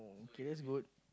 okay that's good